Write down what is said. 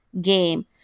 game